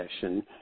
session